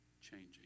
changing